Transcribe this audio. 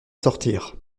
sortir